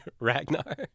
Ragnar